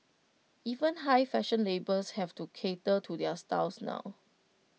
even high fashion labels have to cater to their styles now